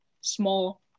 small